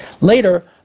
Later